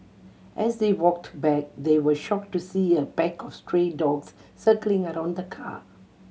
as they walked back they were shocked to see a pack of stray dogs circling around the car